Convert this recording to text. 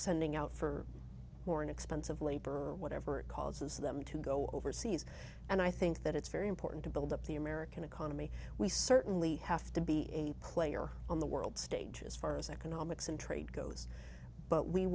sending out for more inexpensive labor whatever it causes them to go overseas and i think that it's very important to build up the american economy we certainly have to be a player on the world stage as far as economics and trade goes but we